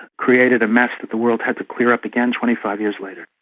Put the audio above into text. created a mess that the world had to clear up again twenty five years later.